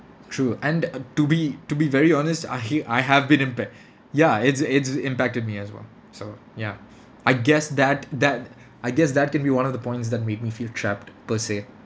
true and to be to be very honest I he~ I have been impa~ ya it's it's impacted me as well so ya I guess that that I guess that can be one of the points that made me feel trapped per se